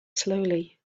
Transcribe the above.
slowly